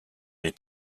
les